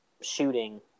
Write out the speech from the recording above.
shooting